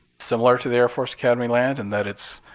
similar to the air force academy land in that it's